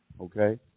Okay